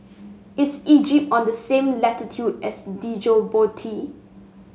is Egypt on the same latitude as Djibouti